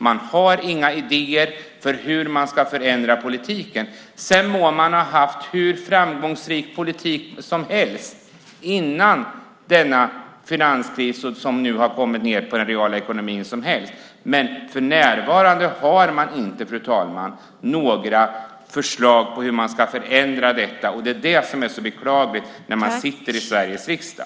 Man har inga idéer för hur man ska förändra politiken. Man må ha haft hur framgångsrik politik som helst före denna finanskris som nu har kommit ned på den reala ekonomin. Men för närvarande har man inte, fru talman, några förslag på hur man ska förändra detta. Det är det som är så beklagligt när man sitter i Sveriges riksdag.